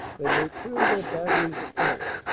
than they turned their batteries upon it,